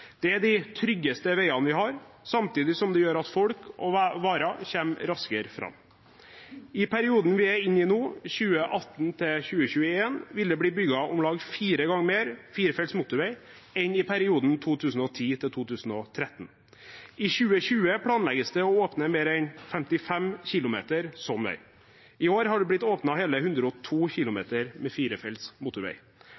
Det er de tryggeste veiene vi har, samtidig som det gjør at folk og varer kommer raskere fram. I perioden vi er inne i nå, 2018–2021, vil det bli bygd om lag fire ganger mer firefelts motorvei enn i perioden 2010–2013. I 2020 planlegges det åpnet mer enn 55 kilometer slik vei. I år er det blitt åpnet hele 102